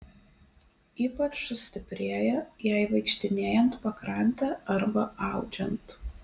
ypač sustiprėja jai vaikštinėjant pakrante arba audžiant